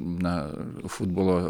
na futbolo